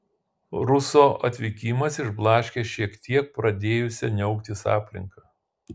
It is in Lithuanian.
ruso atvykimas išblaškė šiek tiek pradėjusią niauktis aplinką